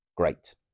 great